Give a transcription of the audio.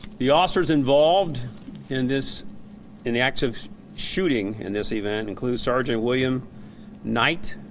the officers involved in this inactive shooting in this event, include sergeant william knight.